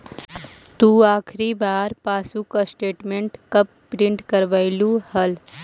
तु आखिरी बार पासबुक स्टेटमेंट कब प्रिन्ट करवैलु हल